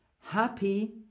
Happy